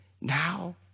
now